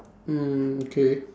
mm okay